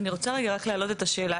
אני רוצה רגע להעלות את השאלה,